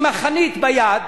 עם החנית ביד,